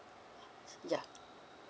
yeah